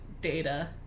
data